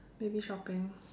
maybe shopping